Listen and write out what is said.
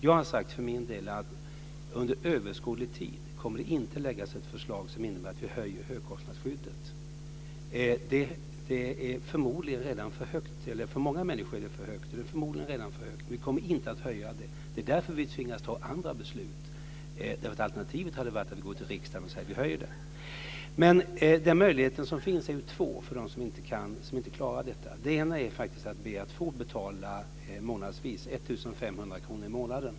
Jag har för min del sagt att under överskådlig tid kommer det inte att läggas fram ett förslag som innebär att vi höjer högkostnadsskyddet. Det är förmodligen redan för högt för många människor. Vi kommer inte att höja det. Det är därför vi tvingas fatta andra beslut. Alternativet hade varit att gå till riksdagen och säga: Vi höjer det. Det finns två möjligheter för dem som inte klarar detta. Den ena är att be att få betala månadsvis, 1 500 kronor i månaden.